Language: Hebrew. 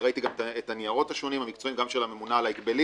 וראיתי גם את הניירות השונים המקצועיים גם של הממונה על ההגבלים,